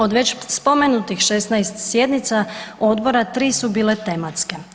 Od već spomenutih 16 sjednica odbora, 3 su bile tematske.